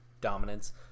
dominance